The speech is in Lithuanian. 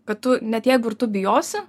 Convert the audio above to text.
kad tu net jeigu ir tu bijosi